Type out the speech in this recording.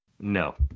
No